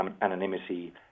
anonymity